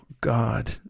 God